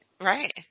Right